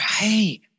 Right